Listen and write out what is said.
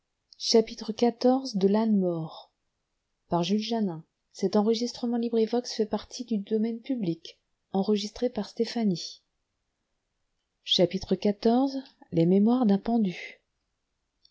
xiv les mémoires d'un pendu